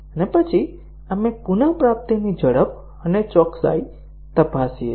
અને પછી આપણે પુનપ્રાપ્તિની ઝડપ અને ચોકસાઈ તપાસીએ છીએ